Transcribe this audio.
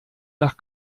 nach